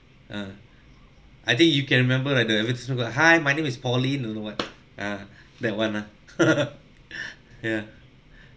uh I think you can remember like the advertisement hi my name is pauline don't know what ah that one lah ya